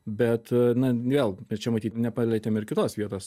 bet na vėl čia matyt nepalietėm ir kitos vietos